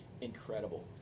incredible